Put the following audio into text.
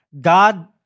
God